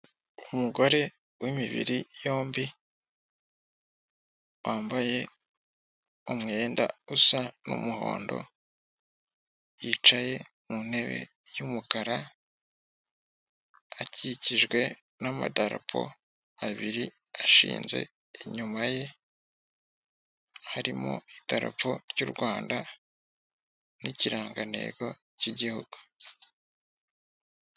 Umugore wimibiri yombi wambaye umwenda usa umuhondo yicaye mu ntebe y'umukara akikijwe n'amadarapo abiri ashinze inyuma ye harimo idarapo ry'u Rwanda n'ikirangantego cy'igihugu .